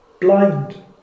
blind